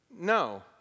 No